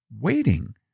waiting